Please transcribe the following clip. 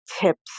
tips